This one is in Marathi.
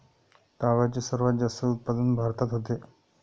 तागाचे सर्वात जास्त उत्पादन भारतात होते